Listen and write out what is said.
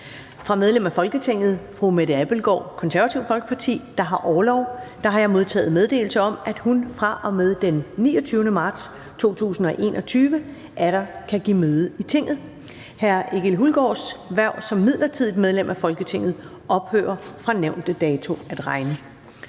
Fra medlem af Folketinget Mette Abildgaard (KF) der har orlov, har jeg modtaget meddelelse om, at hun fra og med den 29. marts 2021 atter kan give møde i Tinget. Egil Hulgaards hverv som midlertidigt medlem af Folketinget ophører fra nævnte dato at regne.